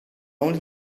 only